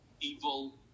evil